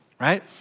right